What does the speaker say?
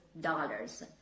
dollars